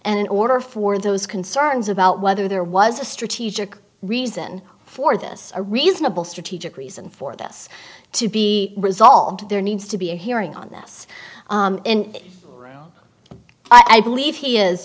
and in order for those concerns about whether there was a strategic reason for this a reasonable strategic reason for this to be resolved there needs to be a hearing on this and i believe he is